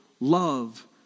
love